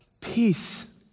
peace